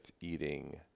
eating